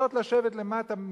רוצות לשבת למטה,